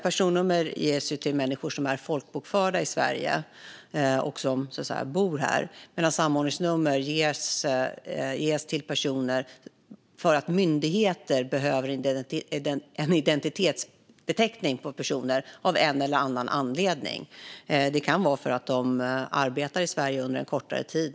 Personnummer ges till personer som är folkbokförda i Sverige och som bor här, medan samordningsnummer ges till personer som myndigheter av en eller annan anledning behöver ha en identitetsbeteckning på, till exempel för att de under en kortare tid arbetar i Sverige.